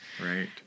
Right